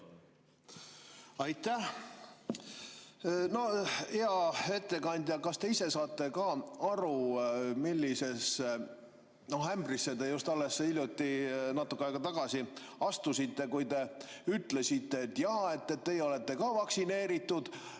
Aitäh! Hea ettekandja! Kas te ise saate ka aru, millisesse ämbrisse te just alles natuke aega tagasi astusite, kui ütlesite, et jah, teie olete ka vaktsineeritud,